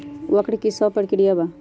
वक्र कि शव प्रकिया वा?